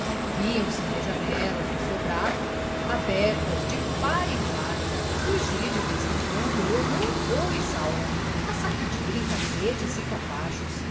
sensação via-se nas janelas do sobrado abertas de par em par surgir de vez em quando leonor ou isaura a sacudirem tapetes e capachos